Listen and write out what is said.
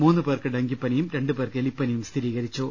മൂന്നു പേർക്ക് ഡങ്കിപ്പനിയും രണ്ടു പേർക്ക് എലിപ്പനിയും സ്ഥിരീകരിച്ചു